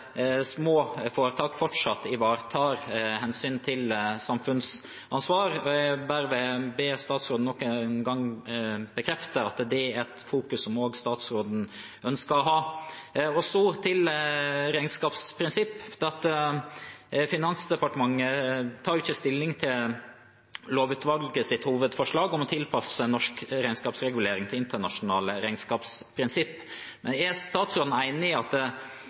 det er et fokus som også statsråden ønsker å ha. Så til regnskapsprinsipp: Finansdepartementet tar ikke stilling til lovutvalgets hovedforslag om å tilpasse norsk regnskapsregulering til internasjonale regnskapsprinsipp. Men er statsråden enig i at